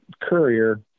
courier